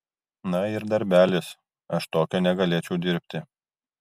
na ir darbelis aš tokio negalėčiau dirbti